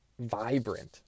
vibrant